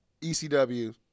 ECW